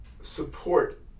support